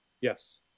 yes